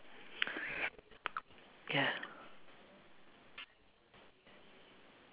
ya